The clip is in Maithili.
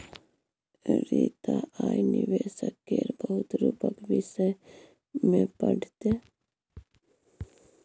रीता आय निबेशक केर बहुत रुपक विषय मे पढ़तै